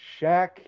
Shaq